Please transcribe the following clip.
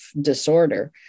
disorder